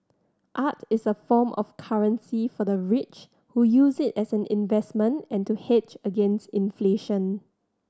art is a form of currency for the rich who use it as an investment and to hedge against inflation